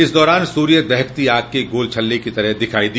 इस दौरान सूर्य दहकती आग के गोल छल्ले की तरह दिखाई दिया